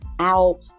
out